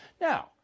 Now